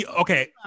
okay